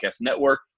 Network